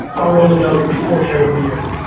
ah rolling out before the end of the year.